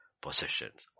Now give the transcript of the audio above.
possessions